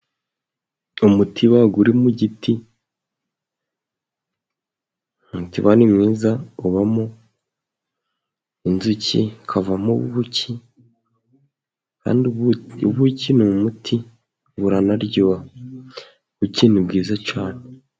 Umutiba uri mu giti, umutiba ni mwiza ubamo inzuki ukavamo ubuki kandi ubuki ni umuti buranaryoha, ubuki ni bwiza cyane.